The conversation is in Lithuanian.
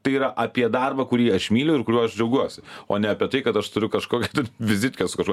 tai yra apie darbą kurį aš myliu ir kuriuo aš džiaugiuosi o ne apie tai kad aš turiu kažkokį vizitkę su kažkuo